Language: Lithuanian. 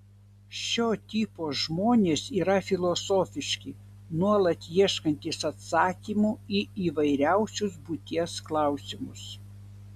šio tipo žmonės yra filosofiški nuolat ieškantys atsakymų į įvairiausius būties klausimus